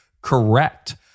correct